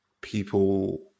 people